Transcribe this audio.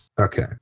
Okay